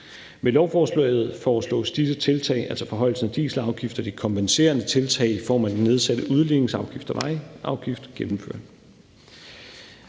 Med lovforslaget foreslås disse tiltag, altså forhøjelsen af dieselafgiften og de kompenserende tiltag i form af den nedsatte udligningsafgift og vejafgift, gennemført.